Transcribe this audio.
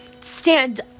Stand